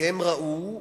והם ראו,